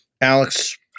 Alex